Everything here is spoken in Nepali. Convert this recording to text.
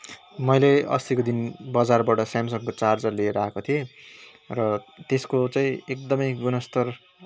मैले अस्तिको दिन बजारबाट स्यामसङ्गको चार्जर लिएर आएको थिएँ र त्यसको चाहिँ एकदमै गुणस्तर